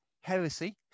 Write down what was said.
heresy